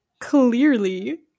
Clearly